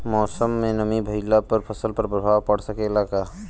मौसम में नमी भइला पर फसल पर प्रभाव पड़ सकेला का?